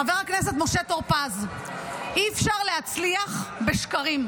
חבר הכנסת משה טור פז, אי-אפשר להצליח בשקרים.